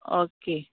okay